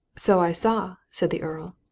so i saw, said the earl.